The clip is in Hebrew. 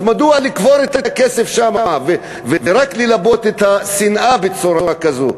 אז מדוע לקבור את הכסף שם ורק ללבות את השנאה בצורה כזאת?